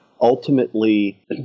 ultimately